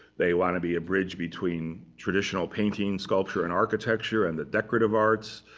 they want to be a bridge between traditional painting, sculpture, and architecture, and decorative arts.